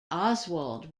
oswald